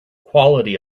quality